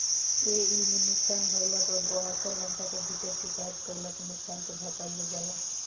एइमे नुकसान भइला पर बहत्तर घंटा के भीतर शिकायत कईला पर नुकसान के भरपाई हो जाला